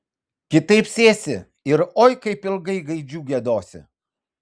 kitaip sėsi ir oi kaip ilgai gaidžiu giedosi